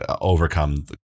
overcome